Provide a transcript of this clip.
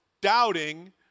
doubting